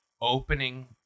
opening